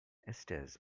estes